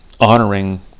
honoring